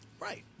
right